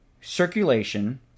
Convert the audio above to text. circulation